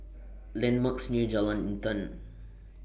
landmarks near Jalan Intan